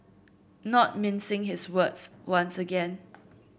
not mincing his words once again